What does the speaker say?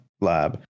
lab